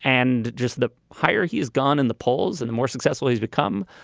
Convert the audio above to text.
and just the higher he is gone in the polls and the more successful he's become,